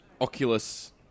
Oculus